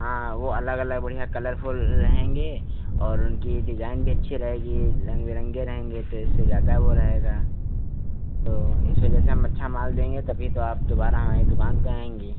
हाँ वह अलग अलग बढ़िया कलरफ़ुल रहेंगे और उनकी डिज़ाइन भी अच्छी रहेगी रंग बिरंगे रहेंगे तो इससे ज़्यादा वह रहेगा तो इस वजह से हम अच्छा माल देंगे तभी तो आप दुबारा हमारी दुकान पर आएँगी